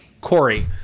Corey